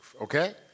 Okay